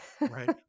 Right